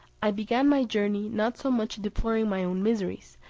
i began my journey, not so much deploring my own miseries,